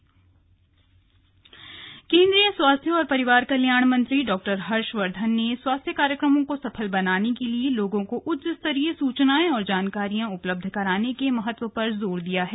slug केंद्रीय स्वास्थ्य मंत्री केन्द्रीय स्वास्थ्य और परिवार कल्याण मंत्री डॉ हर्षवर्धन ने स्वास्थ्य कार्यक्रमों को सफल बनाने के लिए लोगों को उच्च स्तरीय सूचनाएं और जानकारियां उपलब्ध कराने के महत्व पर जोर दिया है